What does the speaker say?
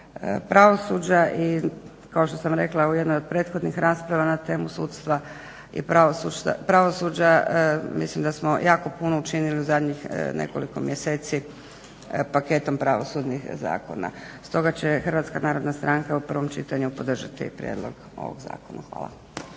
pravosuđa. I kao što sam rekla u jednoj od prethodnih rasprava na temu sudstva i pravosuđa mislim da smo jako puno učinili u zadnjih nekoliko mjeseci paketom pravosudnih zakona. Stoga će Hrvatska narodna stranka u prvom čitanju podržati prijedlog ovog Zakona. Hvala.